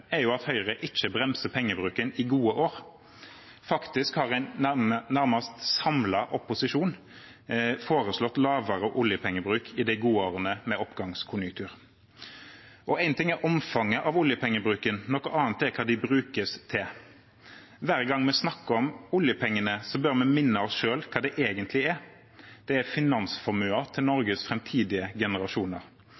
er at Høyre ikke bremser pengebruken i gode år. Faktisk har en nærmest samlet opposisjon foreslått lavere oljepengebruk i de gode årene med oppgangskonjunktur. Én ting er omfanget av oljepengebruken, noe annet er hva de brukes til. Hver gang vi snakker om oljepengene, bør vi minne oss selv om hva det egentlig er: Det er finansformuen til